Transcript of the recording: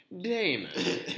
Damon